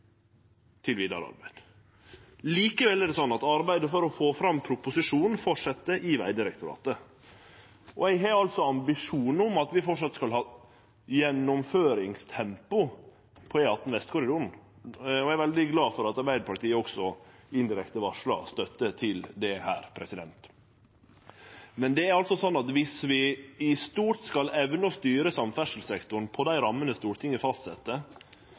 til vidare arbeid. Likevel er det slik at arbeidet for å få fram proposisjonen fortset i Vegdirektoratet. Eg har altså ein ambisjon om at vi framleis skal ha gjennomføringstempo på E18 Vestkorridoren, og eg er veldig glad for at Arbeidarpartiet indirekte varslar støtte til det her. Men dersom vi i stort skal evne å styre samferdselssektoren innanfor dei rammene Stortinget